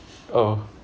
oh